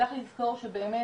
צריך לזכור שבאמת,